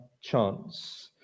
chance